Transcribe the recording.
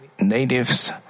natives